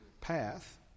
path